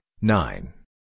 nine